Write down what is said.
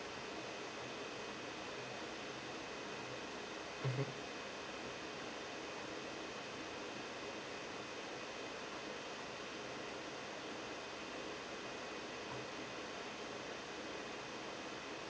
mmhmm